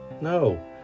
No